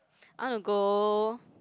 I wanna go